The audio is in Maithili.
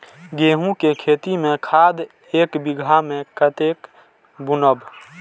गेंहू के खेती में खाद ऐक बीघा में कते बुनब?